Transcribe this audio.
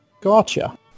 gotcha